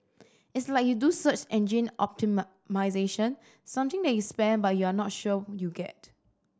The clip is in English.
it's like you do search engine something that you spend but you're not sure you get